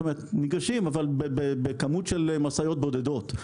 זאת אומרת, ניגשים אבל בכמות של משאיות בודדות.